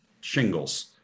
shingles